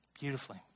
beautifully